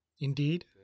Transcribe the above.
Indeed